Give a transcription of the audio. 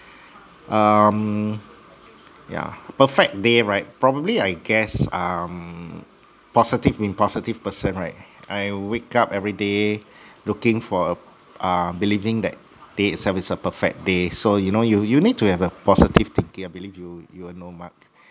um yeah perfect day right probably I guess um positive being positive person right I will wake up everyday looking for a uh believing that day itself is a perfect day so you know you you need to have a positive thinking I believe you you will know mark